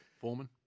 Foreman